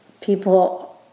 people